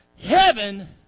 Heaven